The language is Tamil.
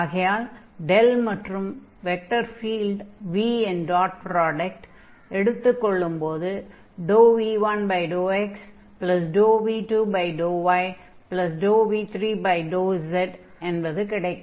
ஆகையால் மற்றும் வெக்டர் ஃபீல்ட் v இன் டாட் ப்ராடக்ட்டை எடுத்துக் கொள்ளும் போது v1∂xv2∂yv3∂z என்பது கிடைக்கும்